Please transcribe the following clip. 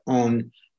on